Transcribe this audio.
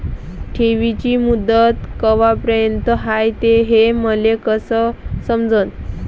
ठेवीची मुदत कवापर्यंत हाय हे मले कस समजन?